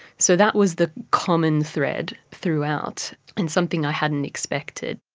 so that was the common thread throughout and something i hadn't expected.